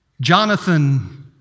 Jonathan